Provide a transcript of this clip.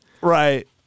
Right